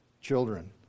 Children